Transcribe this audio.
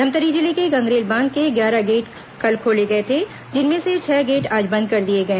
धमतरी जिले के गंगरेल बांध के ग्यारह गेट कल खोले गए थे जिनमें से छह गेट आज बंद कर दिए गए